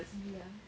ya